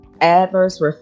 adverse